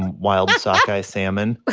wild sockeye salmon